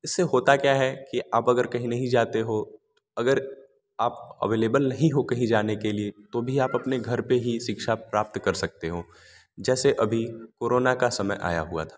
इससे होता क्या है कि आप अगर कहीं नहीं जाते हो अगर आप अवेलेबल नहीं हो कहीं जाने के लिए तो भी आप अपने घर पर ही शिक्षा प्राप्त कर सकते हो जैसे अभी कोरोना का समय आया हुआ था